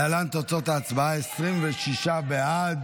להלן תוצאות ההצבעה: 26 בעד,